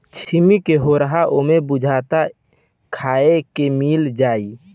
छिम्मी के होरहा असो बुझाता खाए के मिल जाई